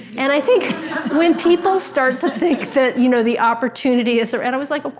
and i think when people start to think that, you know, the opportunity, so and i was like, ah